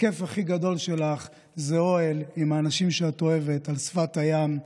הכיף הכי גדול שלך זה אוהל עם האנשים שאת אוהבת על שפת הים,